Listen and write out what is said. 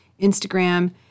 Instagram